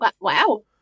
Wow